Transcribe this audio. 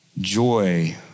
joy